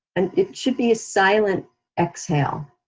and it should be a silent exhale.